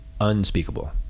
unspeakable